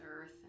earth